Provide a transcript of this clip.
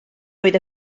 oedd